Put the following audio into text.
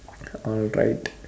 alright